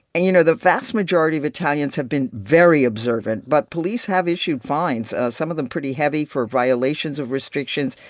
and you know, the vast majority of italians have been very observant, but police have issued fines some of them pretty heavy for violations of restrictions,